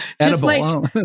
Edible